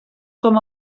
com